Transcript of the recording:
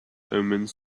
omens